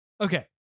Okay